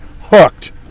Hooked